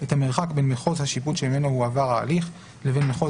את המרחק בין מחוז השיפוט שממנו הועבר ההליך לבין מחוז